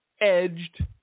edged